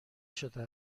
شده